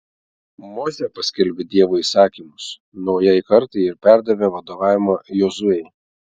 mozė paskelbė dievo įsakymus naujai kartai ir perdavė vadovavimą jozuei